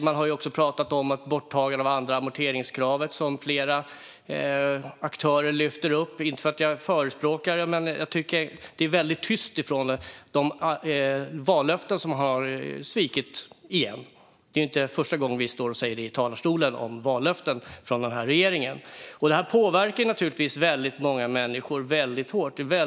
Man har också pratat om borttagande av det andra amorteringskravet, som flera aktörer lyfter upp - inte för att jag förespråkar detta, men jag tycker att det är väldigt tyst när det gäller vallöftena, som har svikits igen. Det är inte första gången vi säger detta i talarstolen om vallöften från den här regeringen. Detta påverkar naturligtvis väldigt många människor väldigt kraftigt.